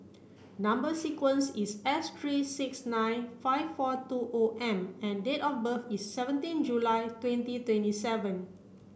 number sequence is S three six nine five four two O M and date of birth is seventeen July twenty twenty seven